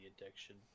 addiction